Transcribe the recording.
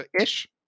Ish